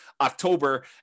October